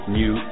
new